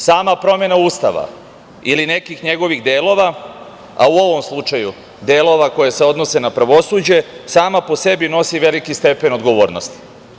Sama promena Ustava ili nekih njegovih delova, a u ovom slučaju delova koje se odnose na pravosuđe, sama po sebi nosi veliki stepen odgovornosti.